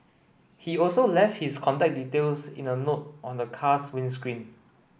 he also left his contact details in a note on the car's windscreen